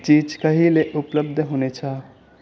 चिज कहिले उपलब्ध हुनेछ